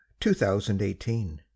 2018